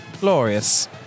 Glorious